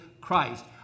Christ